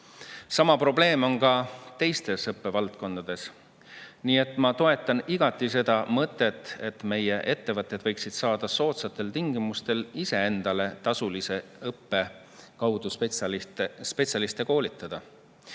Sama probleem on ka teistes õppevaldkondades. Nii et ma toetan igati seda mõtet, et meie ettevõtted võiksid saada soodsatel tingimustel ise endale tasulise õppe kaudu spetsialiste koolitada.